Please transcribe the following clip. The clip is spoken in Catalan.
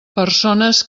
persones